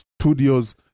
studios